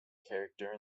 character